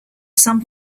some